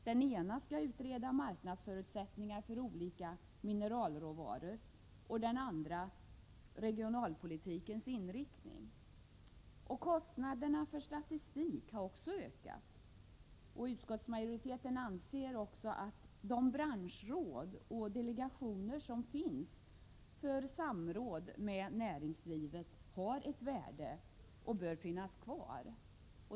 Den ena skall utreda marknadsförutsättningar för olika mineralråvaror, den andra regionalpolitikens inriktning. Kostnaderna för statistik har också ökat. Utskottsmajoriteten anser att de branschråd och delegationer som finns för samråd med näringslivet har ett värde och bör finnas kvar.